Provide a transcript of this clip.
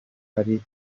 hari